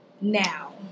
now